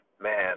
Man